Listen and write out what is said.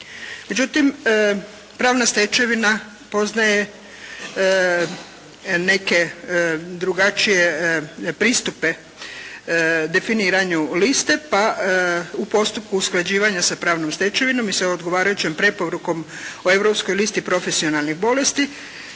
Međutim, pravna stečevina poznaje neke drugačije pristupe definiranju liste, pa u postupku usklađivanja sa pravnom stečevinom i sa odgovarajućom preporukom o Europskoj listi profesionalnih bolesti